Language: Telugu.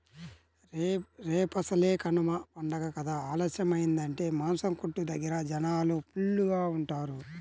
రేపసలే కనమ పండగ కదా ఆలస్యమయ్యిందంటే మాసం కొట్టు దగ్గర జనాలు ఫుల్లుగా ఉంటారు